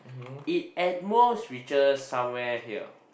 it at most reaches somewhere here